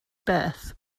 beth